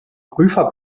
prüfer